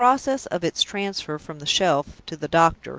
in the process of its transfer from the shelf to the doctor,